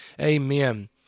Amen